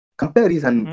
comparison